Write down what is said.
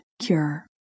cure